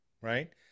right